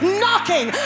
knocking